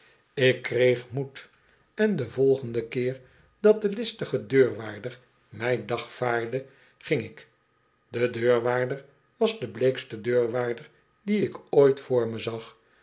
ik kreeg moed en den volgenden keer dat de listige deurwaarder mij dagvaardde ging ik de deurwaarder was de bleekste deurwaarder dien ik ooit voor me zag